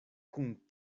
kun